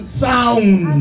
sound